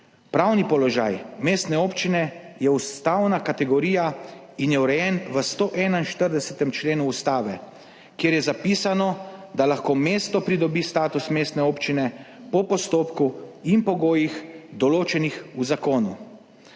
Pravni položaj mestne občine je ustavna kategorija in je urejen v 141. členu Ustave, kjer je zapisano, da lahko mesto pridobi status mestne občine po postopku in pogojih, določenih v zakonu.